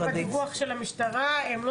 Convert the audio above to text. זאת אומרת שבדיווח של המשטרה הם לא